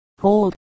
Hold